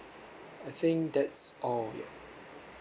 I think that's all ya